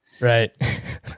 Right